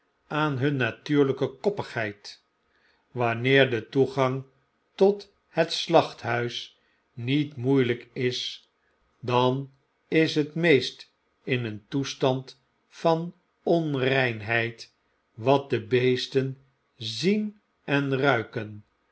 aan hun natuurlpe koppigheid wanneer de toegang tot het slacht huis niet moeilp is dan is het meest in een toestand van onreinheid wat de beesten zien en ruiken